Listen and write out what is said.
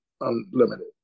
Unlimited